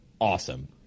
awesome